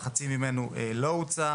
וחצי ממנו לא הוצא.